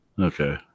okay